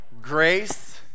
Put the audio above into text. Grace